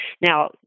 Now